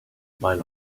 mein